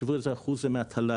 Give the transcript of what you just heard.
תחשבו איזה אחוז זה מהתל"ג,